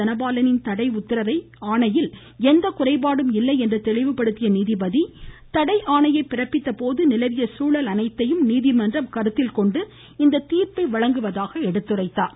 தனபாலின் தடை உத்தரவு ஆணையில் எந்த குறைபாடும் இல்லை என்று தெளிவுபடுத்திய நீதிபதி தடை ஆணையை பிறப்பித்த போது நிலவிய சூழல் அனைத்தையும் நீதிமன்றம் கருத்தில்கொண்டு இந்த தீர்ப்பை வழங்குவதாக எடுத்துரைத்தார்